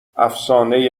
افسانه